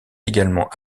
également